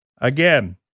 again